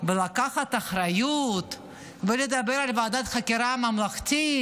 ולקחת אחריות ולדבר על ועדת חקירה ממלכתית,